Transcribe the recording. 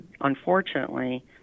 unfortunately